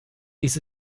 dies